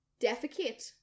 defecate